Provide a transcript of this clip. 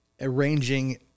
arranging